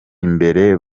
imbere